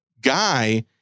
guy